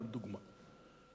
לדוגמה,